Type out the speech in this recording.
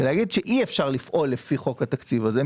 להגיד שאי-אפשר לפעול לפי חוק התקציב הזה,